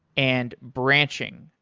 and branching.